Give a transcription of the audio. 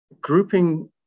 grouping